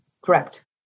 correct